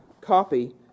copy